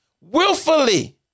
willfully